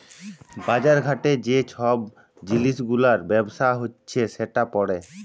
বাজার ঘাটে যে ছব জিলিস গুলার ব্যবসা হছে সেট পড়ে